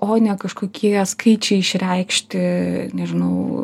o ne kažkokie skaičiai išreikšti nežinau